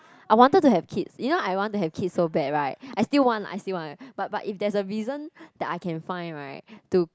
I wanted to have kids you know I want to have kids so bad right I still want I still want but but if there's a reason that I can find right to